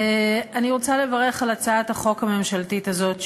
אני רוצה לברך על הצעת החוק הממשלתית הזאת,